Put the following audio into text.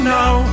now